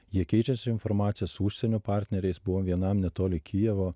jie keičiasi informacija su užsienio partneriais buvom vienam netoli kijevo